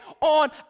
on